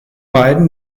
beiden